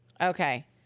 Okay